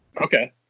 Okay